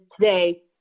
today